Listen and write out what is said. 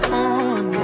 on